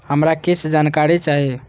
हमरा कीछ जानकारी चाही